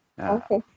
Okay